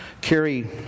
carry